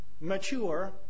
mature